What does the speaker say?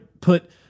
put